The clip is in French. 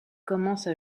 commence